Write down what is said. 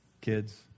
kids